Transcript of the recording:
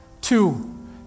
Two